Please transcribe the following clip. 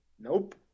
Nope